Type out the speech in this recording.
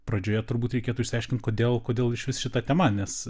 pradžioje turbūt reikėtų išsiaiškinti kodėl kodėl išvis šita tema nes